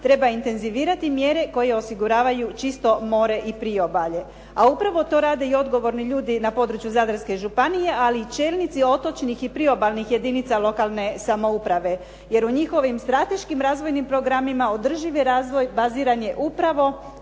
treba intenzivirati mjere koje osiguravaju čisto more i priobalje a upravo to rade i odgovorni ljudi na području Zadarske županije ali i čelnici otočnih i priobalnih jedinica lokalne samouprave jer u njihovim strateškim razvojnim programima održivi razvoj baziran je upravo